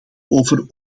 over